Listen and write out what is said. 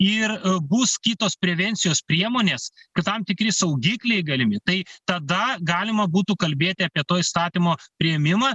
ir bus kitos prevencijos priemonės ir tam tikri saugikliai galimi tai tada galima būtų kalbėti apie to įstatymo priėmimą